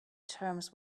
terms